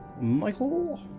Michael